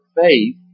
faith